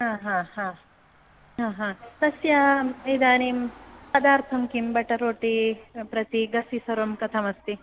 हा हा हा तस्य इदानीं पदार्थं किं बटर् रोटि प्रति गसि सर्वं कथम् अस्ति